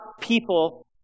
people